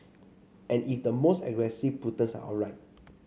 and if the most aggressive punters are right